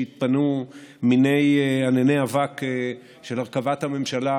כשיתפנו מיני ענני אבק של הרכבת הממשלה